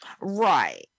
Right